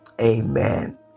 Amen